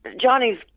johnny's